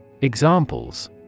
Examples